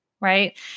Right